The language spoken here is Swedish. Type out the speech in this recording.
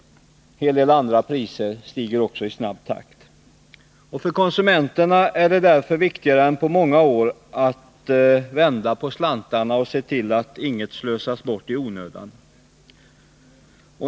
Vissa andra priser stiger också i snabb takt. För konsumenterna är det därför viktigare nu än på många år att vända på slantarna och se till att ingenting slösas bort i onödan.